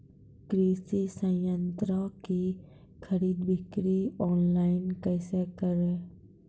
कृषि संयंत्रों की खरीद बिक्री ऑनलाइन कैसे करे?